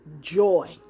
joy